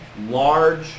large